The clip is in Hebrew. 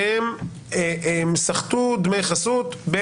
שהם סחטו דמי חסות,